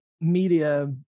media